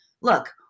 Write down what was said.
look